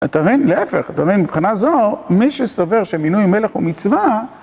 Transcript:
אתה מבין, להפך, אתה מבין, מבחינה זו, מי שסובר שמינוי מלך הוא מצווה...